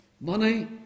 Money